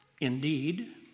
indeed